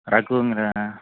ரகுங்களா